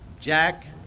jack